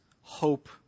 hope